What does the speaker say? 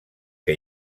que